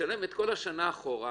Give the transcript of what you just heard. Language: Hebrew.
ומשלם את כל השנה אחורה,